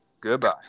Goodbye